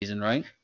right